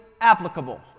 applicable